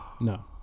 No